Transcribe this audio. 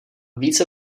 více